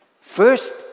First